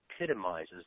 epitomizes